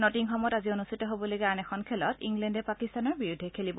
নটিংহামত আজি অনুষ্ঠিত হবলগীয়া এখন খেলত ইংলেণ্ডে পাকিস্তানৰ বিৰুদ্ধে খেলিব